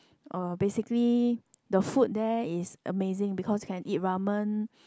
uh basically the food there is amazing because can eat ramen